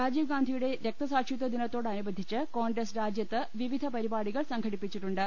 രാജീവ് ഗാന്ധിയുടെ രക്തസാക്ഷിത്വ ദിന്ത്തോടനുബന്ധിച്ച് കോൺഗ്രസ് രാജ്യത്ത് വിവിധ പരിപാടികൾ സംഘടിപ്പിച്ചിട്ടുണ്ട്